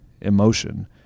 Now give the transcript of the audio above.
emotion